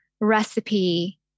recipe